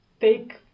take